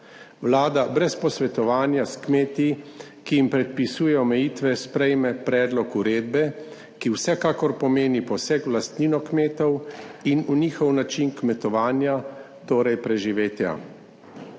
Vlada brez posvetovanja s kmeti, ki jim predpisuje omejitve, sprejme predlog uredbe, ki vsekakor pomeni poseg v lastnino kmetov in v njihov način kmetovanja, torej preživetja.